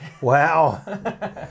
Wow